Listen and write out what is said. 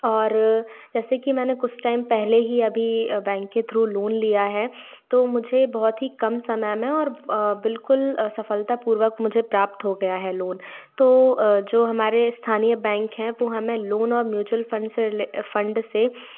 और जैसे कि मैंने कुछ टाइम पहले ही अभी बैंक के थ्रू लोन लिया है तो मुझे बहुत ही कम समय में और बिल्कुल सफलतापूर्वक मुझे प्राप्त हो गया है लोन तो जो हमारे स्थानीय बैंक हैं वो हमें लोन और म्यूचुअल फंड से फंड से